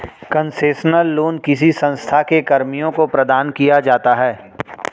concessional loan किसी संस्था के कर्मियों को प्रदान किया जाता है